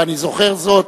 ואני זוכר זאת,